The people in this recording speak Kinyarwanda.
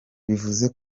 bivuze